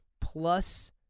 plus